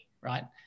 right